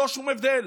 ללא שום הבדל,